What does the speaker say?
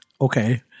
okay